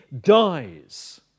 dies